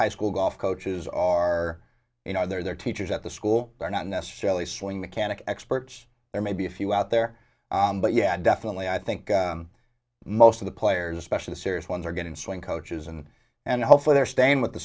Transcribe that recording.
high school golf coaches are you know their teachers at the school they're not necessarily swing mechanic experts there may be a few out there but yeah definitely i think most of the players especially the serious ones are going to swing coaches and and hopefully they're staying with the